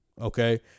Okay